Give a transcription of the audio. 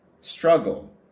struggle